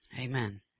Amen